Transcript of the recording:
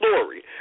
story